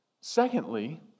Secondly